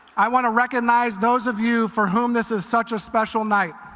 i want to recognize those of you for whom this is such a special night.